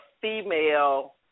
female